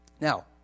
Now